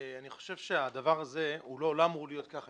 אני חושב שהדבר הזה לא אמור להיות ככה,